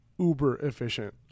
uber-efficient